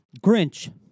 Grinch